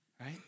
right